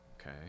okay